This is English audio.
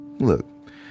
Look